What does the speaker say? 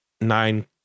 nine